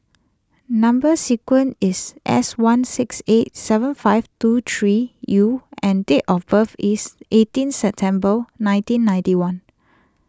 Number Sequence is S one six eight seven five two three U and date of birth is eighteen September nineteen ninety one